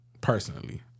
Personally